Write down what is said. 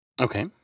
Okay